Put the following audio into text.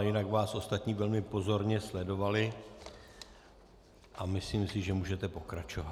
Ale jinak vás ostatní velmi pozorně sledovali a myslím si, že můžete pokračovat.